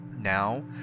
Now